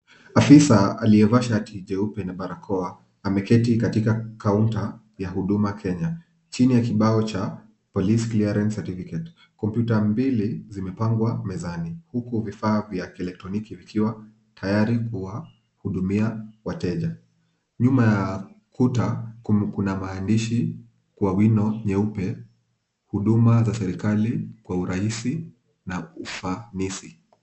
Afisa aliyevaa shati jeupe na barakoa ameketi katika kaunta ya Huduma Kenya, chini ya kibao cha Police Clearance Certificate . Kompyuta mbili zimepangwa mezani huku vifaa vya kielektroniki vikiwa tayari kuwahudumia wateja. Nyuma ya ukuta, kuna maandishi kwa wino nyeupe huduma za serikali kwa urahisi na ufanisi.